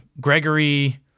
Gregory